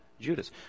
Judas